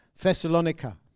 Thessalonica